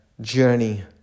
journey